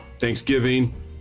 thanksgiving